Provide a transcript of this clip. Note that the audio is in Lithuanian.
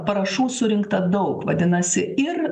parašų surinkta daug vadinasi ir